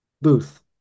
Booth